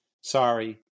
sorry